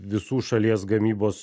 visų šalies gamybos